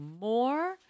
more